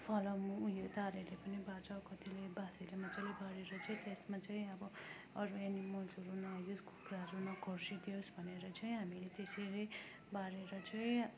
फलाम उयो तारहरूले पनि बार्छ कतिले बाँसहरूले मजाले बारेर चाहिँ त्यसमा चाहिँ अब अरू एनिमल्सहरू नआइदियोस् कुखुराहरू नखोर्सिदियोस् भनेर चाहिँ हामीले त्यसरी बारेर चाहिँ